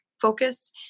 focus